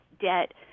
debt